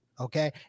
Okay